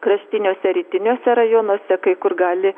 kraštiniuose rytiniuose rajonuose kai kur gali